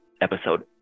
episode